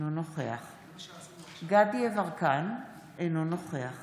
אינו נוכח דסטה גדי יברקן, אינו נוכח